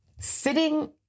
sitting